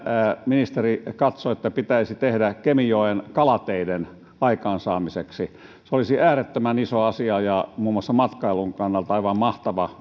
ministeri katsoo että pitäisi tehdä kemijoen kalateiden aikaansaamiseksi se olisi äärettömän iso asia ja muun muassa matkailun kannalta aivan mahtava